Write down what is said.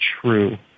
true